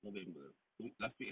november last week ah